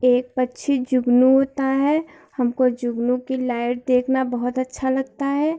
एक पक्षी जुगनू होता है हमको जुगनू की लाइट देखना बहुत अच्छा लगता है